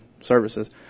services